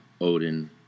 Odin